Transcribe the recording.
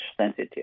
sensitive